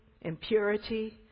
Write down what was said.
impurity